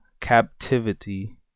captivity